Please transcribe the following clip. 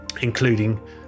including